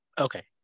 Okay